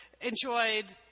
enjoyed